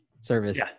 service